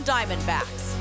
Diamondbacks